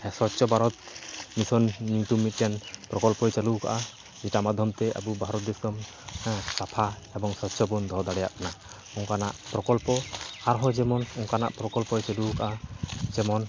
Swachh Bharat mission ᱧᱩᱛᱩᱢ ᱢᱤᱫᱴᱮᱱ ᱯᱨᱚᱠᱚᱞᱯᱚᱭ ᱪᱟᱹᱞᱩᱣᱠᱟᱜᱼᱟ ᱡᱮᱴᱟ ᱢᱟᱫᱽᱫᱷᱚᱢᱛᱮ ᱟᱵᱚ ᱵᱷᱟᱨᱚᱛ ᱫᱤᱥᱚᱢ ᱥᱟᱯᱷᱟ ᱮᱵᱚᱝ ᱥᱚᱪᱪᱷᱚᱵᱚᱱ ᱫᱚᱦᱚ ᱫᱟᱲᱮᱭᱟᱜ ᱠᱟᱱᱟ ᱚᱝᱠᱟᱱᱟᱜ ᱯᱨᱚᱠᱚᱞᱯᱚ ᱟᱨᱦᱚ ᱡᱮᱢᱚᱱ ᱚᱝᱠᱟᱱᱟᱜ ᱪᱟᱹᱞᱩᱣᱠᱟᱜᱼᱟ ᱡᱮᱢᱚᱱ